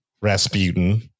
Rasputin